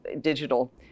digital